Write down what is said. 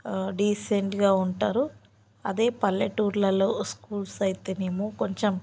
డీసెంట్గా ఉంటారు అదే పల్లెటూళ్ళలో స్కూల్స్ అయితేనేమో కొంచెం